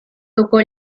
tocó